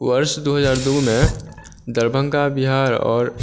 वर्ष दू हजार दू मे दरभंगा बिहार आओर